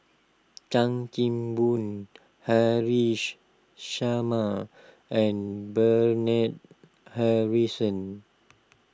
Chan Kim Boon Haresh Sharma and Bernard Harrison